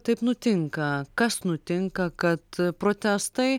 taip nutinka kas nutinka kad protestai